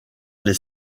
les